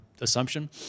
assumption